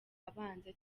abanza